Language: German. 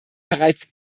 bereits